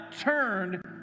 turned